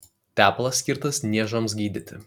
tepalas skirtas niežams gydyti